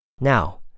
Now